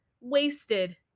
wasted